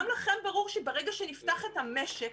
גם לכם ברור שברגע שנפתח את המשק,